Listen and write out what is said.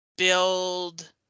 build